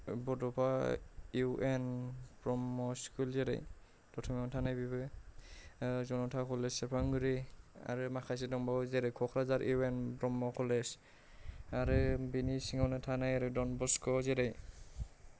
बड'फा U N Brahma school जेरै दतमायाव थानाय बेबो जनता कलेज सेरफांगुरि आरो माखासे दंबावो जेरै Kokrajhar U N Brahma college आरो बिनि सिङावनो थानाय आरो डन बस्क' जेरै